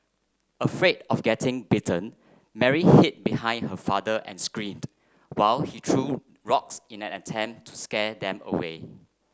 afraid of getting bitten Mary hid behind her father and screamed while he threw rocks in an attempt to scare them away